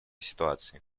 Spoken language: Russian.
ситуации